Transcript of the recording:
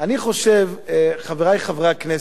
אני חושב, חברי חברי הכנסת,